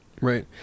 right